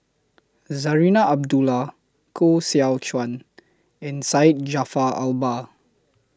Zarinah Abdullah Koh Seow Chuan and Syed Jaafar Albar